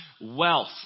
wealth